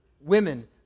Women